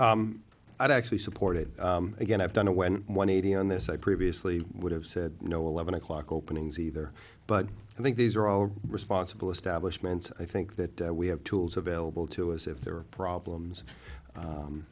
thought i'd actually supported again i've done it when one eighty on this i previously would have said no eleven o'clock openings either but i think these are all responsible establishments i think that we have tools available to us if there are problems